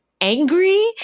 angry